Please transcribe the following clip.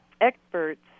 experts